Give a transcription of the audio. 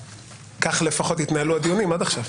כך לפחות התנהלו הדיונים עד עכשיו.